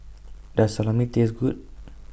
Does Salami Taste Good